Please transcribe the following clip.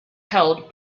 held